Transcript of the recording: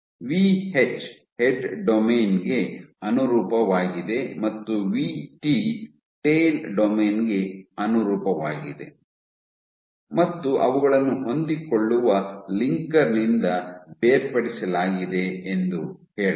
VH head domain ಗೆ ಅನುರೂಪವಾಗಿದೆ ಮತ್ತು ವಿಟಿ ಟೈಲ್ ಡೊಮೇನ್ ಗೆ ಅನುರೂಪವಾಗಿದೆ ಮತ್ತು ಅವುಗಳನ್ನು ಹೊಂದಿಕೊಳ್ಳುವ ಲಿಂಕರ್ ನಿಂದ ಬೇರ್ಪಡಿಸಲಾಗಿದೆ ಎಂದು ಹೇಳೋಣ